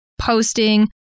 posting